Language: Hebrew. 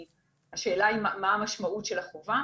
אז השאלה היא מה המשמעות של החובה.